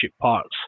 parts